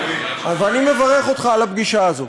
אז אני מברך אותך על הפגישה הזאת.